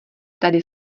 tady